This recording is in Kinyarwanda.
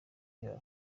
yabo